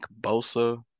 Bosa